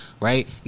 Right